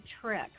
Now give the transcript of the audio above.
trick